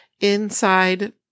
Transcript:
inside